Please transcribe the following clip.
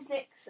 Six